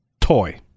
Toy